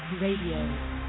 Radio